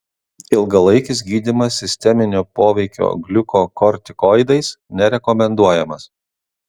ilgalaikis gydymas sisteminio poveikio gliukokortikoidais nerekomenduojamas